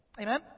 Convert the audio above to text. Amen